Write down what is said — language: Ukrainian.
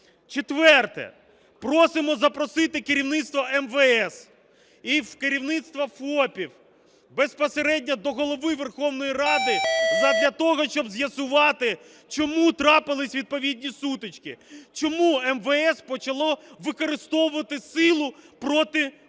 Четверте. Просимо запросити керівництво МВС і керівництво ФОПів безпосередньо до Голови Верховної Ради задля того, щоб з'ясувати, чому трапилися відповідні сутички, чому МВС почало використовувати силу проти мирних